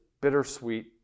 bittersweet